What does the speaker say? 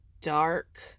dark